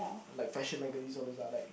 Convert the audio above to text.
like fashion magazine all those ah like